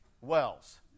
wells